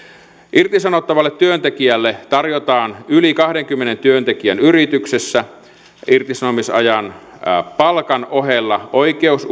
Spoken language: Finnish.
irtisanottavalle työntekijälle tarjotaan yli kahdenkymmenen työntekijän yrityksessä irtisanomisajan palkan ohella oikeus